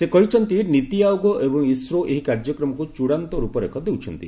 ସେ କହିଛନ୍ତି ନୀତି ଆୟୋଗ ଏବଂ ଇସ୍ରୋ ଏହି କାର୍ଯ୍ୟକ୍ରମକୁ ଚୂଡ଼ାନ୍ତ ରୂପରେଖ ଦେଉଛନ୍ତି